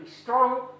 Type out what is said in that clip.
strong